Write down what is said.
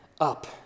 up